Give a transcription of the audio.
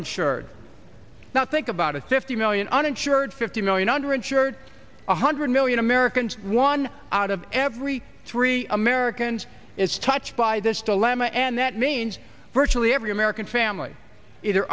insured now think about it fifty million uninsured fifty million under insured one hundred million americans one out of every three americans is touched by this dilemma and that means virtually every american family